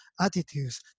attitudes